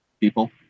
people